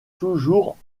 toujours